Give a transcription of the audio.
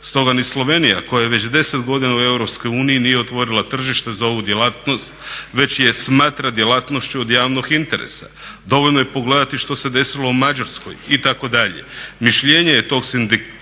Stoga ni Slovenija, koja je već 10 godina u EU, nije otvorila tržište za ovu djelatnost već je smatra djelatnošću od javnog interesa. Dovoljno je pogledati što se desilo u Mađarskoj itd. Mišljenje je tog sindikata